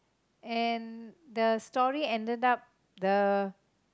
and the story ended up the